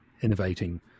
innovating